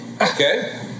Okay